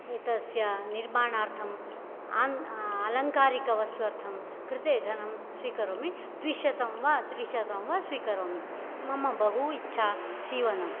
तस्य निर्माणार्थम् अन् अलङ्कारिकवस्त्वर्थं कृते धनं स्वीकरोमि द्विशतं वा त्रिशतं वा स्वीकरोमि मम बहु इच्छा सीवनम्